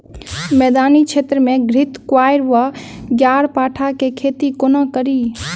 मैदानी क्षेत्र मे घृतक्वाइर वा ग्यारपाठा केँ खेती कोना कड़ी?